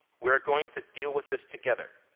we are going to deal with this together.